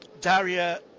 Daria